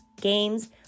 games